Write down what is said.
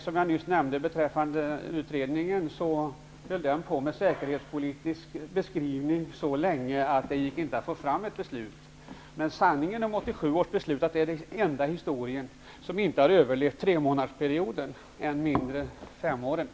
Som jag nyss nämnde höll utredningen på med säkerhetspolitisk beskrivning så länge att det inte gick att få fram något beslut. Sanningen om 1987 års försvarsbeslut är att det är det enda i historien som inte har överlevt en tremånadersperiod, än mindre en femårsperiod.